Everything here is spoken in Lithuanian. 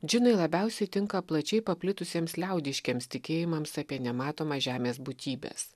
džinai labiausiai tinka plačiai paplitusiems liaudiškiems tikėjimams apie nematomą žemės būtybes